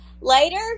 later